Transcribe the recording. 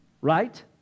right